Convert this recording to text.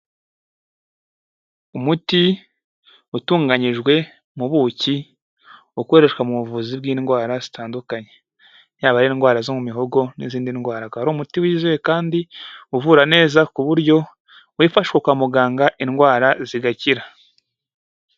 Umuti utunganyijwe mu buki, ukoreshwa mu buvuzi bw'indwara zitandukanye. Yaba ari indwara zo mu mihogo n'izindi ndwara. Akaba ari umuti wizewe kandi uvura neza, ku buryo wifashwa kwa muganga, indwara zigakira.